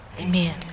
Amen